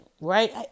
right